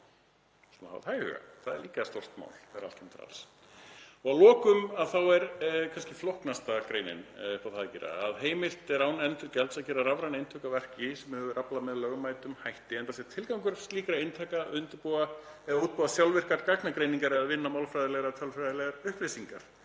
Það er líka stórt mál þegar allt kemur til alls. Að lokum er kannski flóknasta greinin upp á það að gera að heimilt er án endurgjalds að gera rafræn eintök af verki sem hefur verið aflað með lögmætum hætti, enda sé tilgangur slíkra eintaka að útbúa sjálfvirkar gagnagreiningar eða vinna málfræðilegar og tölfræðilegar upplýsingar.